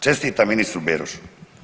Čestitam ministru Berošu!